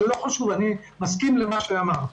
אבל לא חשוב, אני מסכים למה שאת אמרת.